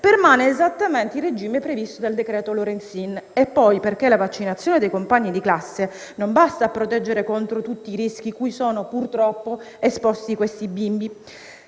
permane esattamente il regime previsto dal decreto-legge Lorenzin e, poi, perché la vaccinazione dei compagni di classe non basta a proteggere contro tutti i rischi cui sono purtroppo esposti questi bimbi.